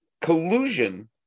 collusion